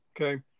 Okay